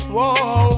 Whoa